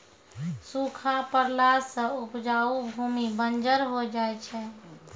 सूखा पड़ला सें उपजाऊ भूमि बंजर होय जाय छै